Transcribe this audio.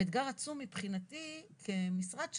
ואתגר עצום מבחינתי כמשרד,